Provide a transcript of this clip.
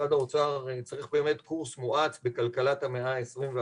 משרד האוצר צריך באמת קורס מואץ בכלכלת המאה ה-21.